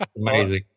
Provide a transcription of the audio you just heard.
Amazing